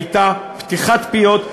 הייתה פתיחת פיות,